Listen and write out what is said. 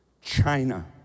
China